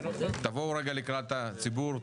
תבואו רגע לקראת הציבור,